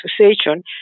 association